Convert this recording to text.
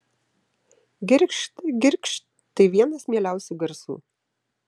girgžt girgžt tai vienas mieliausių garsų